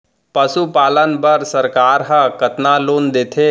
पशुपालन बर सरकार ह कतना लोन देथे?